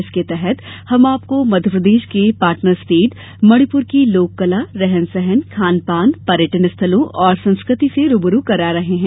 इसके तहत हम आपको मध्यप्रदेश के पार्टनर स्टेट मणिपुर की लोककला रहन सहन खान पान पर्यटन स्थलों और संस्कृति से रू ब रू करा रहे हैं